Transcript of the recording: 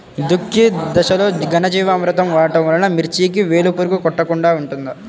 దుక్కి దశలో ఘనజీవామృతం వాడటం వలన మిర్చికి వేలు పురుగు కొట్టకుండా ఉంటుంది?